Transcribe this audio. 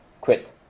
quit